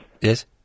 Yes